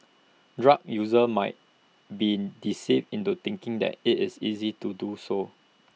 drug users might be deceived into thinking that IT is easy to do so